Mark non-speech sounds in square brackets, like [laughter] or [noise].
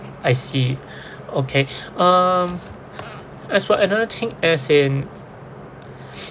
I see [breath] okay [breath] um as what another thing as in